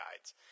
Guides